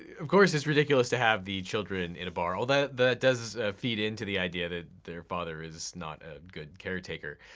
of course it's ridiculous to have the children in a bar, although that does feed into the idea that their father is not a good caretaker.